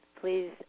Please